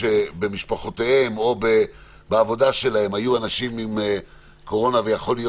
שבמשפחה או בעבודה שלהם היו אנשים עם קורונה ויכול להיות